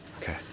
Okay